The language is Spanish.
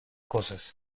cosas